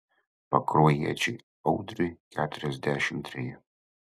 pakruojiečiui audriui keturiasdešimt treji